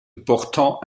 portant